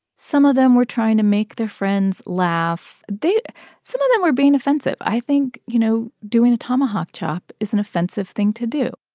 some of them were trying to make their friends laugh. they some of them were being offensive. i think, you know, doing a tomahawk chop is an offensive thing to do